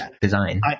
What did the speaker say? design